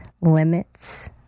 limits